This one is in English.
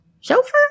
chauffeur